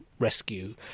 rescue